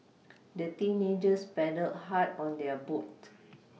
the teenagers paddled hard on their boat